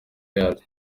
yaryo